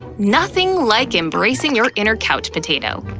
nothing like embracing your inner couch potato.